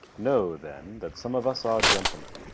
know, then, that some of us are gentlemen,